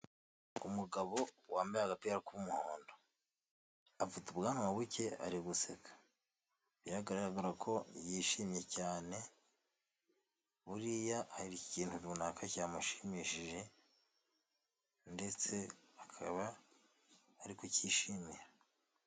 Umugabo wambaye agapira k'umuhondo afite ubwanwa buke ari guseka, biragaragara ko yishimye cyane buriya hari ikintu runaka cyamushimishije ndetse akaba arikukishimira.